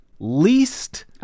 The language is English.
Least